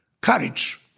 courage